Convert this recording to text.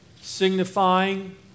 signifying